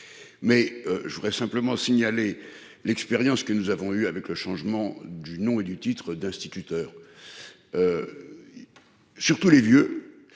Mais je voudrais simplement signaler l'expérience que nous avons eue avec le changement du nom et du titre d'instituteurs. Surtout les vieux.